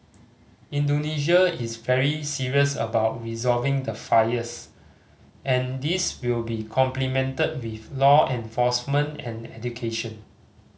Indonesia is very serious about resolving the fires and this will be complemented with law enforcement and education